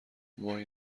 وای